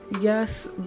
yes